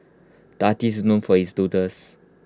the artist is known for his doodles